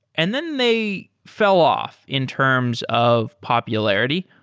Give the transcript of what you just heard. and then they fell off in terms of popularity.